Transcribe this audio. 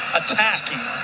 attacking